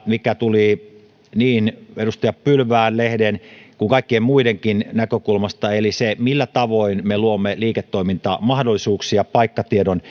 mikä tuli niin edustaja pylvään lehden kuin kaikkien muidenkin näkökulmasta eli se millä tavoin me luomme liiketoimintamahdollisuuksia paikkatiedon